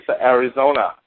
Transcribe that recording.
Arizona